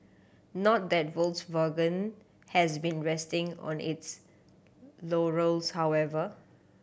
not that Volkswagen has been resting on its laurels however